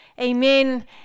Amen